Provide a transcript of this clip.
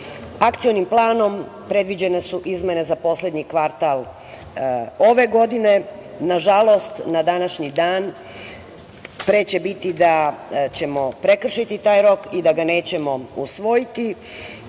Akcionim planom predviđene su izmene za poslednji kvartal ove godine. Nažalost, na današnji dan pre će biti da ćemo prekršiti taj rok i da ga nećemo